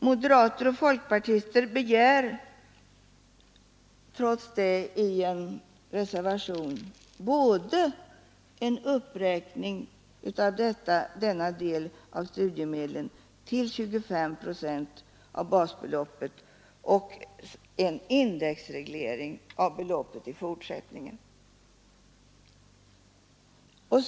Moderater och folkpartister begär trots detta i en reservation både en uppräkning av denna del av studiemedlen till 25 procent av basbeloppet och en indexreglering av beloppet i fortsättningen.